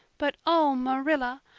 but, oh, marilla,